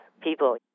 people